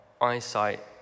eyesight